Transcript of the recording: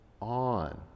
on